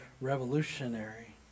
revolutionary